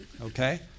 Okay